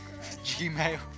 Gmail